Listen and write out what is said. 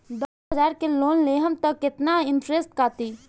दस हजार के लोन लेहम त कितना इनट्रेस कटी?